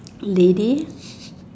lady